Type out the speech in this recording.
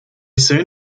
soon